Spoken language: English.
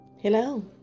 Hello